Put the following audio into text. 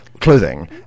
clothing